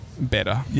better